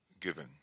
given